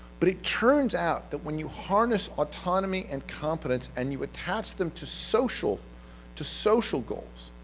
but it turns out that when you harness autonomy and competence and you attach them to social to social goals,